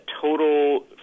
total